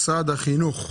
משרד החינוך.